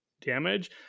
damage